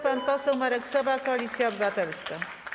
Pan poseł Marek Sowa, Koalicja Obywatelska.